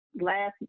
last